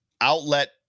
outlet